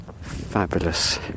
fabulous